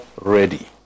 ready